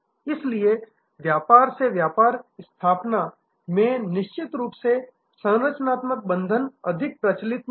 इसलिए व्यापार से व्यापार स्थापना बी 2 बी सेटिंग में निश्चित रूप से संरचनात्मक बंधन अधिक प्रचलन में हैं